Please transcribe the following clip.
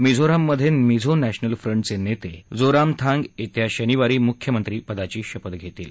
मिझोराममधे Mizo National फ्रंटचे नेते जोरामथांग येत्या शनिवारी मुख्यमंत्रिपदाची शपथ घेतील